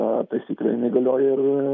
taisyklė jinai galioja ir